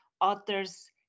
authors